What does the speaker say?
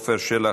עפר שלח,